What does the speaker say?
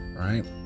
Right